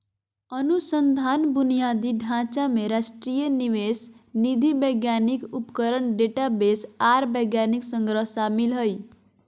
अनुसंधान बुनियादी ढांचा में राष्ट्रीय निवेश निधि वैज्ञानिक उपकरण डेटाबेस आर वैज्ञानिक संग्रह शामिल हइ